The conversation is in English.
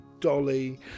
dolly